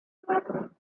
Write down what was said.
laymen